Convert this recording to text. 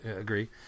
agree